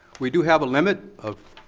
we do have a limit of